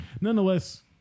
nonetheless